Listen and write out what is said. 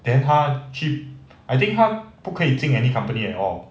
then 他去 I think 他不可以进 any company at all